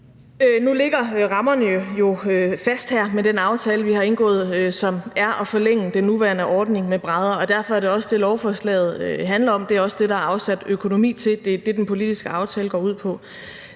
Nu ligger rammerne jo fast her med den aftale, vi har indgået, som går ud på at forlænge den nuværende ordning med brædder, og derfor er det også det, lovforslaget handler om. Det er også det, der er afsat økonomi til. Det er det, den politiske aftale går ud på.